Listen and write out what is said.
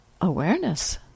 awareness